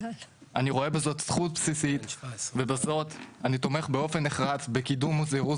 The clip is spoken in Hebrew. אני רואה בזאת זכות בסיסית ובזאת אני תומך באופן נחרץ בקידום ובזירוז